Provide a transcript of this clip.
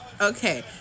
Okay